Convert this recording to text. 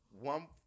one